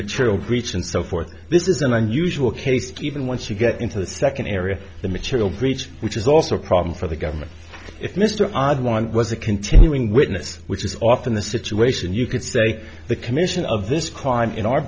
material breach and so forth this is an unusual case given once you get into the second area the material breach which is also a problem for the government if mr odd one was a continuing witness which is often the situation you could say the commission of this crime in our